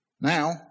now